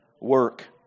work